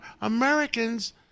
Americans